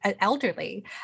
elderly